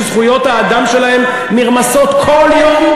שזכויות האדם שלהם נרמסות כל יום,